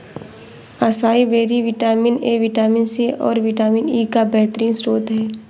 acai berry vitamin A, vitamin C, और vitamin E का बेहतरीन स्त्रोत है